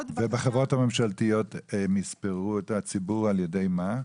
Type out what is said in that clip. ובחברות הממשלתיות יספרו את הציבור על ידי מה?